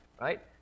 right